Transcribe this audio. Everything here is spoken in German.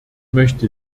möchte